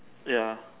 ya